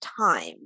time